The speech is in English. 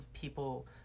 people